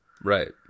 Right